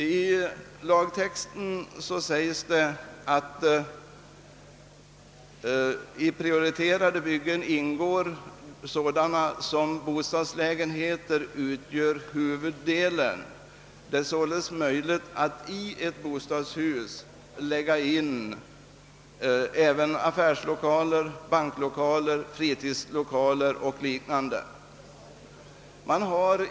I lagtexten sägs att i prioriterade byggen ingår sådana där bostadslägenheter utgör huvuddelen. Det är således möjligt att i ett bostadshus lägga in även affärslokaler, banklokaler, fritidslokaler och liknande.